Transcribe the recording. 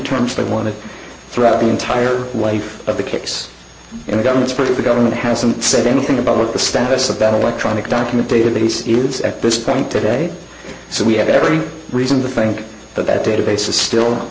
terms they wanted throughout the entire life of the case and the government's part of the government hasn't said anything about what the status of better electronic document database it's at this point today so we have every reason to think that that database is still